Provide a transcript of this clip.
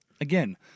Again